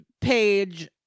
page